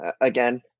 Again